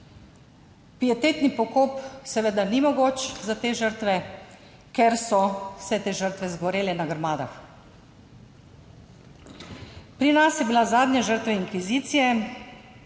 Pietetni pokop seveda ni mogoč za te žrtve, ker so vse te žrtve zgorele na grmadah. Pri nas je bila zadnja žrtev inkvizicije